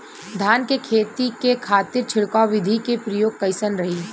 धान के खेती के खातीर छिड़काव विधी के प्रयोग कइसन रही?